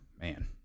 man